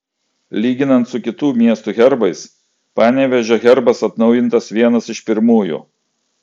lyginant su kitų miestų herbais panevėžio herbas atnaujintas vienas iš pirmųjų